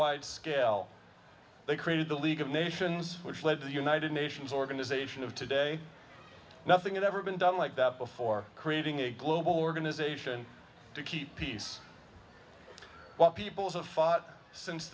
wide scale they created the league of nations which led the united nations organization of today nothing is ever been done like that before creating a global organization to keep peace what peoples of fought since